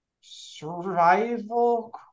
survival